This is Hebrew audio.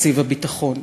תקציב הביטחון.